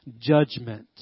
judgment